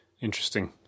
Interesting